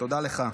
תודה רבה.